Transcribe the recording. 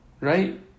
Right